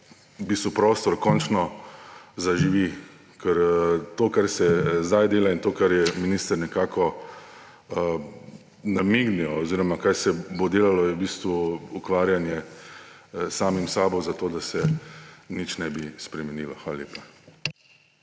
prostor končno zaživi. Ker to, kar se zdaj dela, in to, kar je minister nekako namignil oziroma kaj se bo delalo, je v bistvu ukvarjanje s samim seboj zato, da se nič ne bi spremenilo. Hvala lepa.